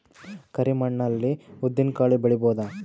ಕರಿ ಮಣ್ಣ ಅಲ್ಲಿ ಉದ್ದಿನ್ ಕಾಳು ಬೆಳಿಬೋದ?